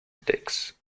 decks